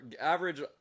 average